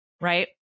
Right